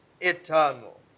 eternal